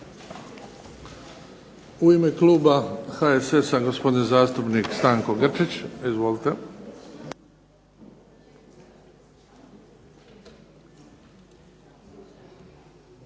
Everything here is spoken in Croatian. U ime kluba HSS-a, gospodin zastupnik Stanko Grčić. Izvolite.